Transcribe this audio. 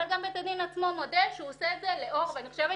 אבל גם בית הדין עצמו מודה שהוא עושה את זה לאור ואני חושבת